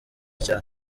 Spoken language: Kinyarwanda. cyane